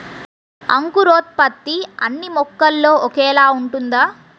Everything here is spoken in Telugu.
అంకురోత్పత్తి అన్నీ మొక్కల్లో ఒకేలా ఉంటుందా?